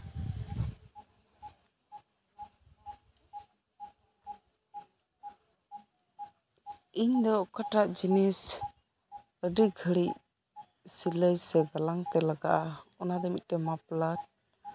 ᱤᱧ ᱫᱚ ᱚᱠᱟᱴᱟᱜ ᱡᱤᱱᱤᱥ ᱟᱹᱰᱤ ᱜᱷᱟᱲᱤᱡ ᱥᱤᱞᱟᱹᱭ ᱥᱮ ᱜᱟᱞᱟᱝ ᱛᱮ ᱞᱟᱜᱟᱜᱼᱟ ᱚᱱᱟ ᱫᱚ ᱢᱤᱫ ᱴᱮᱱ ᱢᱟᱯᱞᱟᱨ